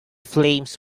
flames